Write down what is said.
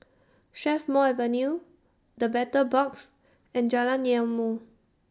Strathmore Avenue The Battle Box and Jalan Ilmu